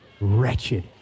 wretched